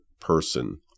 person